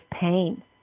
pain